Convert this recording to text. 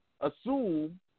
assume